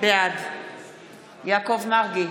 בעד יעקב מרגי,